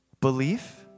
Belief